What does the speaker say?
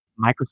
Microsoft